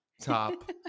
top